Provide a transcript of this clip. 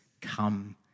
come